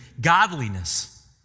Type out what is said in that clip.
godliness